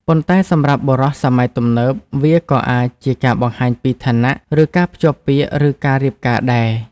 ប៉ុន្តែសម្រាប់បុរសសម័យទំនើប វាក៏អាចជាការបង្ហាញពីឋានៈ ឬការភ្ជាប់ពាក្យឬការរៀបការដែរ។